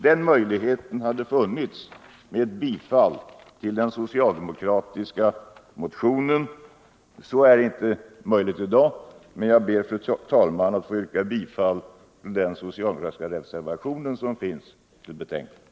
Den möjligheten hade funnits med ett bifall till den socialdemokratiska motionen. Så är inte möjligt i dag, men jag ber, fru talman, att få yrka bifall till den socialdemokratiska reservationen som är fogad vid betänkandet.